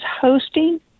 hosting